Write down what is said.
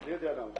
לא יודע למה.